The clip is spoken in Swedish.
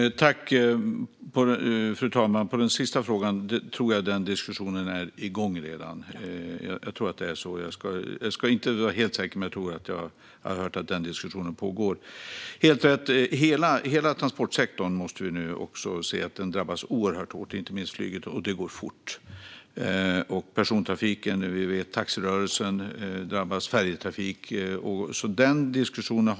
Fru talman! När det gäller den sista frågan tror jag att diskussionen redan är igång. Jag är inte helt säker, men jag tror att jag har hört att det pågår en diskussion. Det är helt rätt: Vi ser att hela transportsektorn, inte minst flyget, drabbas oerhört hårt, och det går fort. Persontrafik, taxirörelser och färjetrafik drabbas.